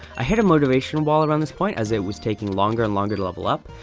i hit a motivation wall around this point, as it was taking longer and longer to level up.